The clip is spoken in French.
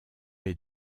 les